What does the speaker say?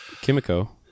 Kimiko